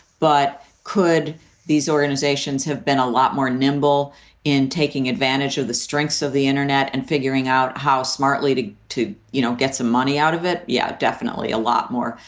but could these organizations have been a lot more nimble in taking advantage of the strengths of the internet and figuring out how smartly to to you know get some money out of it? yeah. definitely a lot more.